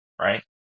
right